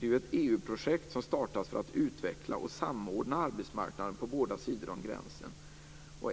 är ett EU-projekt som startas för att utveckla och samordna arbetsmarknaden på båda sidor om gränsen.